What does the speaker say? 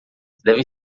devem